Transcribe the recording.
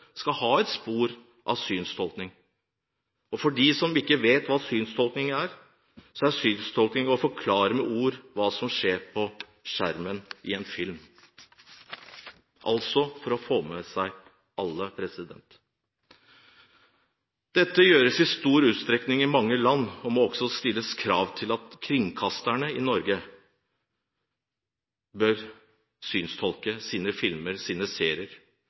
skal ha et spor med synstolking. For dem som ikke vet hva dette er: Synstolking er å forklare med ord hva som skjer på skjermen i en film – for å få med seg alle. Dette gjøres i stor utstrekning i mange land. Det må stilles krav til at også kringkasterne i Norge bør synstolke sine filmer og sine serier.